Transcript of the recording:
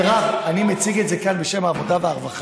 מירב, אני מציג את זה כאן בשם שר העבודה והרווחה.